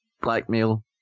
blackmail